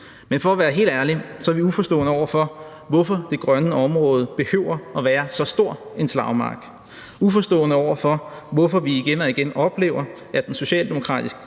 Men for at være helt ærlig, så er vi uforstående over for, hvorfor det grønne område behøver at være så stor en slagmark, uforstående over for, hvorfor vi igen og igen oplever, at den socialdemokratiske